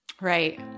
Right